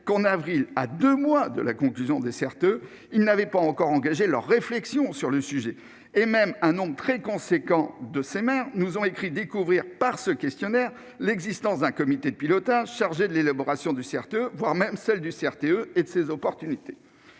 que, en avril, à deux mois de la conclusion des CRTE, ils n'avaient pas encore engagé de réflexion sur le sujet. Un nombre très important de ces maires nous a même écrit n'avoir découvert que grâce à ce questionnaire l'existence d'un comité de pilotage chargé de l'élaboration du CRTE, voire celle du CRTE et des opportunités